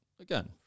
again